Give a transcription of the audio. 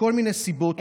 מכל מיני סיבות.